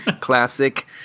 classic